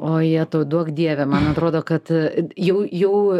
o jetau duok dieve man atrodo kad jau jau